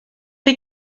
chi